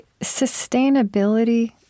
sustainability